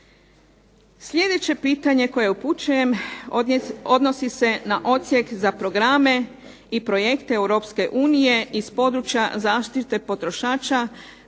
Sljedeće pitanje koje upućujem odnosi se na Odsjek za programe i projekte EU iz područja zaštite potrošača